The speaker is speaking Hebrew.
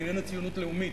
איננה ציונות לאומית,